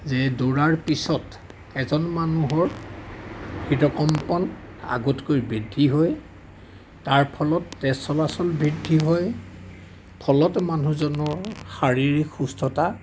যে দৌৰাৰ পিছত এজন মানুহৰ হৃদ কম্পন আগতকৈ বৃদ্ধি হয় তাৰ ফলত তেজ চলাচল বৃদ্ধি হয় ফলত মানুহজনৰ শাৰীৰিক সুস্থতা